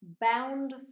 bound